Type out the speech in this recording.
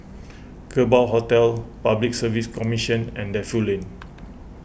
Kerbau Hotel Public Service Commission and Defu Lane